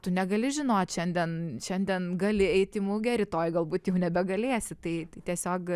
tu negali žinot šiandien šiandien gali eiti į mugę rytoj galbūt jau nebegalėsi tai tiesiog